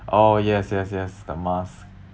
oh yes yes yes the mask